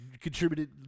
contributed